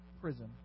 Prison